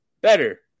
better